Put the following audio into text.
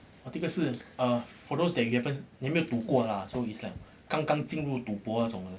第一个是 uh for those that haven't 没有赌过啦 so is like 刚刚进入赌博那种的